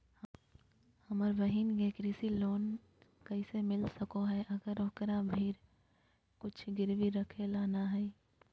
हमर बहिन के कृषि लोन कइसे मिल सको हइ, अगर ओकरा भीर कुछ गिरवी रखे ला नै हइ?